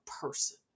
person